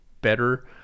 better